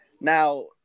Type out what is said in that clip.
Now